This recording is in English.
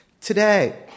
Today